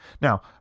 Now